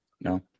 No